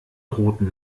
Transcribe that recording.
roten